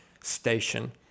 station